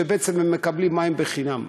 שבעצם הם מקבלים מים חינם.